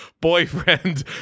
boyfriend